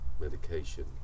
medication